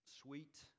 sweet